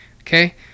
okay